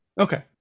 okay